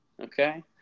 Okay